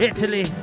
Italy